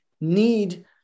need